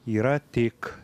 yra tik